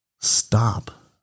stop